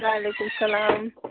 وعلیکُم سلام